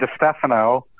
DeStefano